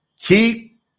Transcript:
Keep